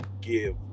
give